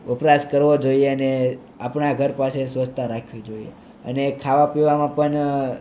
વપરાશ કરવો જોઈએ અને આપણા ઘર પાસે સ્વછતા રાખવી જોઈએ અને ખાવા પીવામાં પણ